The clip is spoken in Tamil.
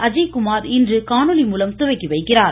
அஜய்குமார் இன்று காணொலி மூலம் துவக்கி வைக்கிறார்